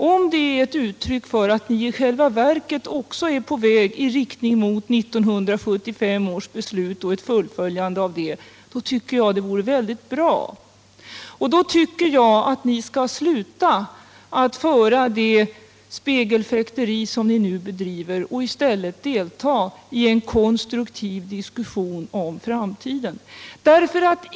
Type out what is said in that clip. Om det är ett uttryck för att ni i själva verket också är på väg i riktning mot 1975 års beslut och ett fullföljande av det, då tycker jag det vore väldigt bra. Och då anser jag att ni skall sluta med det spegelfäkteri som ni nu bedriver och i stället delta i en konstruktiv diskussion om framtiden.